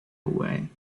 away